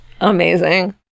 Amazing